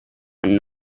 and